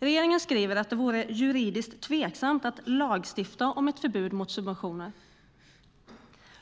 Regeringen skriver att det vore juridiskt tveksamt att lagstifta om ett förbud mot subventioner.